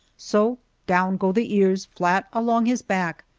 so down go the ears, flat along his back,